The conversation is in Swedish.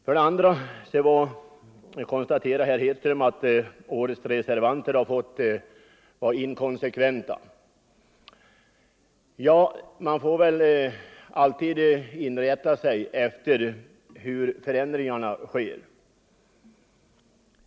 Vidare menade herr Hedström att årets reservanter var inkonsekventa. Men man får väl alltid inrätta sig efter de förändringar som sker.